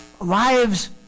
lives